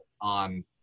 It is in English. on